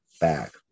back